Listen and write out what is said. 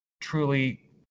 truly